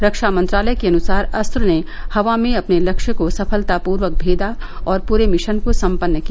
रक्षा मंत्रालय के अनुसार अस्त्र ने हवा में अपने लक्ष्य को सफलतापूर्वक भेदा और पूरे मिशन को सम्पन्न किया